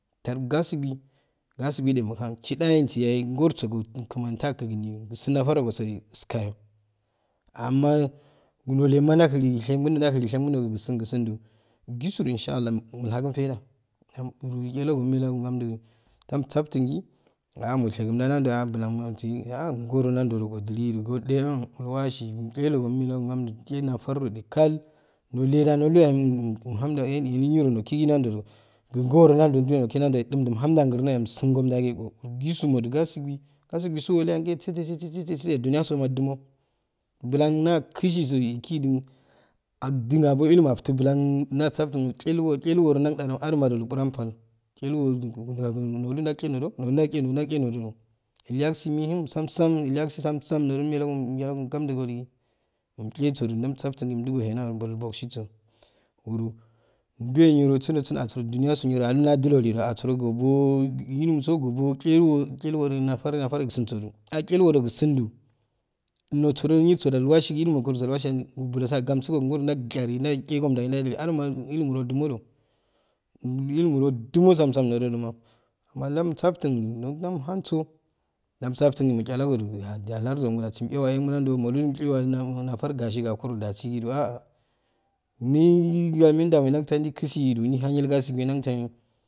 Tai gasibi gasibiya muhan chidayensiy ye gorsogju kmani takiknin usun nafo rukosofu iskayo amma nulema jam hei hekinjo jamhei shegonju kuaun kusun jugisuju inshaka mulhakan faija uro yalogo melaga ummeye gamju damsafting moshegmja nanjo bulamuantsi goro nanjo ujilidu gojjeya ulwashi mejelago umene gamdu immchenafar nolekal noleja nuluya yeanhamda ehin chninakiki nan jojo kukoro nanjojowekiki nanjo umhando grno umsm kojamgiko jiso maju kwasi bi kasibi sciwateye ke sesesesese juni yaso majumo bulan nakisiso ehki jin nabo ilum aftun bulan nassaftin chilwo chilwo nandajo ajuma inkuran bal chilwo jojujakiki jojo nodonalki jojo nalke nodoju illyalsi muhimsamsam ilyaisi samsam jodoummelako ummelako gomju goili damsaftingoli umdugoye nanjoju bolbogitsiso uro juwe yirasun jo sundo asoro abo yinso uminso obocheiwo chelwojo nafar nafar gtsom soju acheiwojo kusun ju nor sojo nirsoje ilwashi illumuko rowashi bulosakemsu gori nan jali nan chegomda nadd liajama a llumu nojjum ojo ill ilomu nojumo samsam nojojoma amma jammsartindu bamhanso jamsaftunda mechalagodu larjirogmodo dewase nanjo mulu imche nafar gasi gokuro jasi nando aa neymejamo jaigitsi daihan nai gatsili nentanjo.